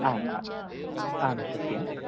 आम् आम् आं सत्यं